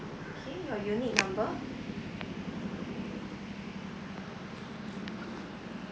K your unit number